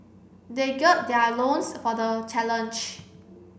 they gird their loins for the challenge